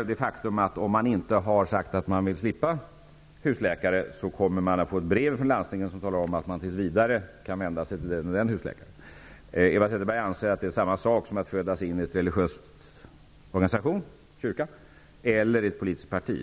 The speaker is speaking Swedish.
upp det faktum att om man inte har sagt att man vill slippa ha en husläkare så kommer man att få ett brev från landstinget som talar om vilken husläkare man tills vidare kan vända sig till. Eva Zetterberg anser att det är samma sak som att födas in i en religiös organisation, kyrkan, eller i ett politiskt parti.